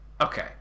Okay